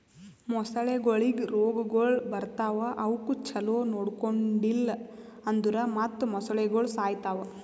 ಮೊಸಳೆಗೊಳಿಗ್ ರೋಗಗೊಳ್ ಬರ್ತಾವ್ ಅವುಕ್ ಛಲೋ ನೊಡ್ಕೊಂಡಿಲ್ ಅಂದುರ್ ಮತ್ತ್ ಮೊಸಳೆಗೋಳು ಸಾಯಿತಾವ್